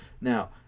now